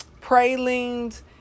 pralines